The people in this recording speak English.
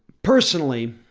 personally.